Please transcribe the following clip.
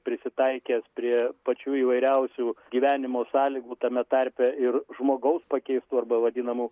prisitaikęs prie pačių įvairiausių gyvenimo sąlygų tame tarpe ir žmogaus pakeistų arba vadinamų